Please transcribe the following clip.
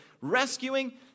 rescuing